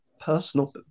personal